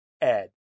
ed